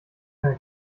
deine